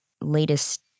latest